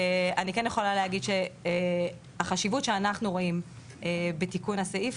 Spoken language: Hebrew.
אני כן יכולה להגיד שהחשיבות שאנחנו רואים בתיקון הסעיף